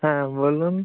হ্যাঁ বলুন